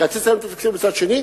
לקצץ להם את התקציב מצד שני,